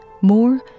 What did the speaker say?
More